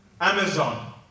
Amazon